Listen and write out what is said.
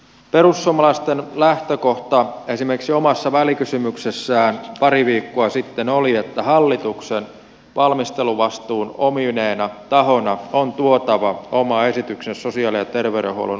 perussuomalaisten lähtökohta esimerkiksi omassa välikysymyksessään pari viikkoa sitten oli että hallituksen on valmisteluvastuun omineena tahona tuotava oma esityksensä sosiaali ja terveydenhuollon uudistukseksi